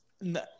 No